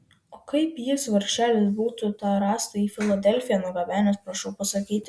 o kaip jis vargšelis būtų tą rąstą į filadelfiją nugabenęs prašau pasakyti